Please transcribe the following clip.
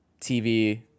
TV